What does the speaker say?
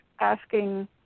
asking